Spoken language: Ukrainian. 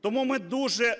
Тому ми дуже